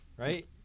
Right